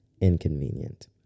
inconvenient